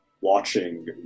watching